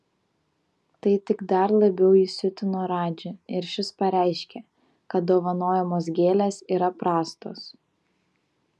tai tik dar labiau įsiutino radžį ir šis pareiškė kad dovanojamos gėlės yra prastos